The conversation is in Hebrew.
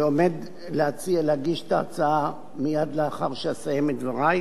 שעומד להגיש את ההצעה מייד לאחר שאסיים את דברי.